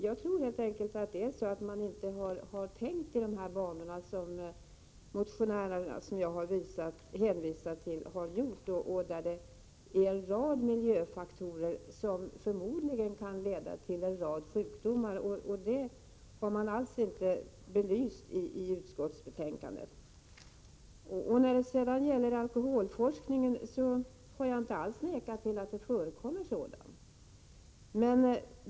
Jag tror att det helt enkelt är så att utskottsmajoriteten inte tänkt i de banor motionärerna gjort och som jag redogjort för. Det är förmodligen många miljöfaktorer som kan leda till en rad sjukdomar. Detta problem har man inte alls belyst i betänkandet. När det gäller alkoholforskningen har jag inte alls bestritt att det förekommer sådan.